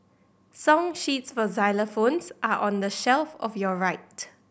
song sheets for xylophones are on the shelf of your right